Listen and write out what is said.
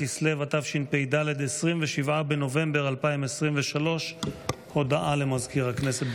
התשפ"ד, 27 בנובמבר 2023. הודעה למזכיר הכנסת.